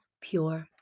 pure